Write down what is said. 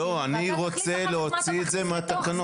לא, אני רוצה להוציא את זה מהתקנות.